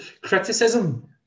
criticism